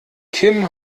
kim